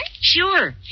Sure